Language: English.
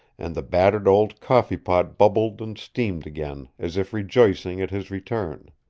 and the battered old coffee pot bubbled and steamed again, as if rejoicing at his return.